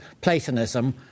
Platonism